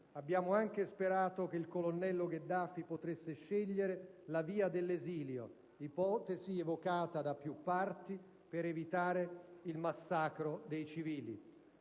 abbiamo anche sperato che il colonnello Gheddafi potesse scegliere la via dell'esilio, ipotesi evocata da più parti per evitare il massacro dei civili.